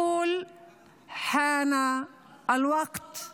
מכאן אני אומרת לנשות העם שלנו ולחברה הערבית כולה: